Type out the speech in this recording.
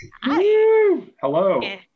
Hello